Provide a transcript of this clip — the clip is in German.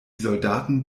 soldaten